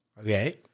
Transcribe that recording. Okay